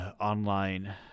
online